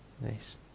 Nice